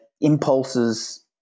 impulses